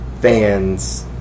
fans